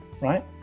right